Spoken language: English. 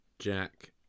Jack